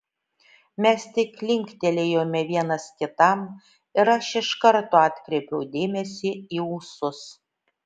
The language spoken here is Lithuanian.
mes tik linktelėjome vienas kitam ir aš iš karto atkreipiau dėmesį į ūsus